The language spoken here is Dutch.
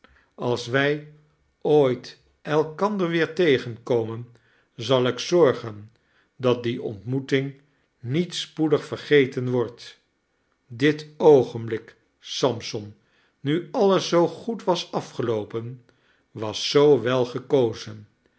als wij ooit elkander weer tegenkomen zal ik zorgen dat die ontmoeting niet spoedig vergeten wordt dit oogenblik sampson nu alles zoo goed was afgeloopen was zoo wel gekozen